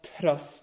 trust